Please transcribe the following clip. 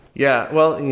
yeah. well,